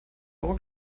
euro